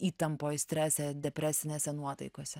įtampoj strese depresinėse nuotaikose